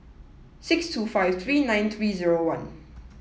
six two five three nine three zero one